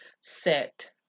set